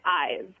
eyes